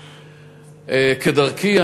כדרכי,